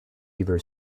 either